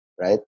Right